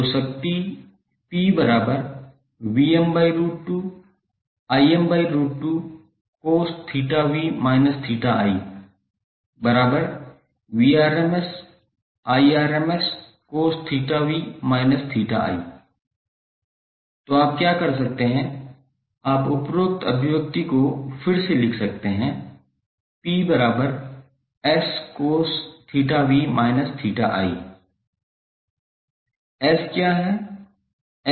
तो शक्ति 𝑃cos𝜃𝑣−𝜃𝑖𝑐𝑜𝑠𝜃𝑣−𝜃𝑖 तो आप क्या कर सकते हैं आप उपरोक्त अभिव्यक्ति को फिर से लिख सकते हैं 𝑃 𝑆cos𝜃𝑣−𝜃𝑖 S क्या है